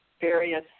various